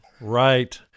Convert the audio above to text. right